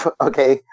okay